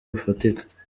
bufatika